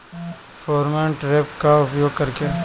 Pheromone trap का उपयोग कर के?